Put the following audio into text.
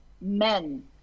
men